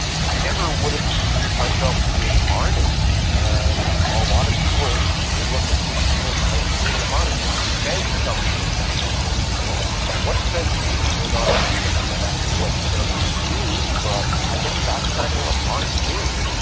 i never would have considered myself to be an artist, and a lot of people, they look at the machine as as being art. it says something to people. you know and what it says to me may not be exactly what it says to you, but i guess that's kind of what art is.